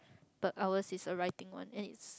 but ours is the writing one and it's